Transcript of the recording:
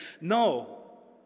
no